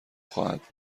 خواهد